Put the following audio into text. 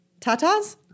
Tatas